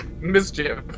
mischief